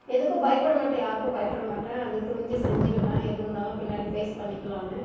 எதுக்கும் பயப்பட மாட்டேன் யாருக்கும் பயப்பட மாட்டேன் அது துணிஞ்சு செஞ்சுடுவேன் எது இருந்தாலும் பின்னாடி ஃபேஸ் பண்ணிக்கலானு